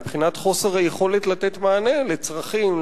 מבחינת חוסר היכולת לתת מענה לצרכים,